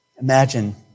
Imagine